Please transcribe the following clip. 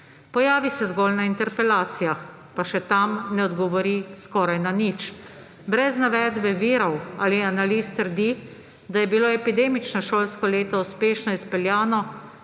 Pojavi se zgolj na interpelacijah, pa še tam ne odgovori skorajda nič. Brez navedbe virov ali analiz trdi, da je bilo epidemično šolsko leto uspešno izpeljano,